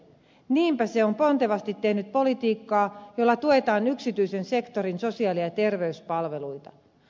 niinpä se on pontevasti tehnyt politiikkaa jolla tuetaan yksityisen sektorin sosiaali ja terveyspalveluita